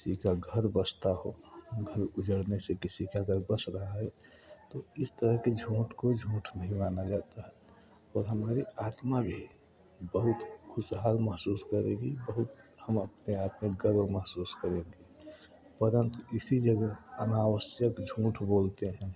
किसी का घर बसता हो घर उजड़ने से किसी का अगर बस रहा है तो इस तरह के झूठ को झूठ नहीं माना जाता है और हमारी आत्मा भी बहुत खुशहाल महसूस करेगी बहुत हम अपने आप में गर्व महसूस करेंगे परंतु इसी जगह अनावश्यक झूठ बोलते हैं